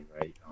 right